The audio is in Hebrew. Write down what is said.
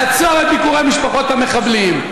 לעצור את ביקורי משפחות המחבלים,